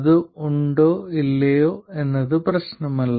അത് ഉണ്ടോ ഇല്ലയോ എന്നത് പ്രശ്നമല്ല